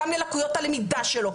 גם ללקויות הלמידה שלו,